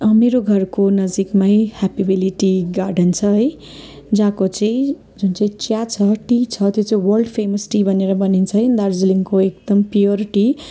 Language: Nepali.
मेरो घरको नजिकमै हेप्पी भेली टी गार्डन छ है जहाँको चाहिँ जुन चाहिँ चिया छ टी छ त्यो चाहिँ वर्ल्ड फेमस टी भनेर भनिन्छ है दार्जिलिङको एकदम प्युर टी